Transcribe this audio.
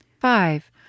Five